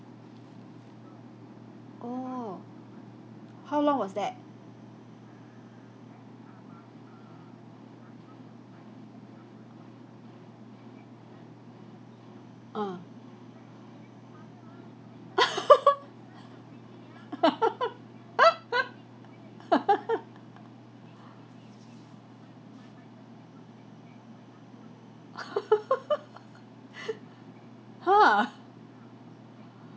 oh how long was that uh ha